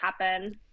happen